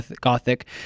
Gothic